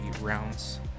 rounds